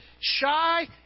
shy